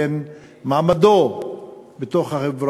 ובין מעמדו בחברה,